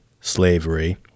slavery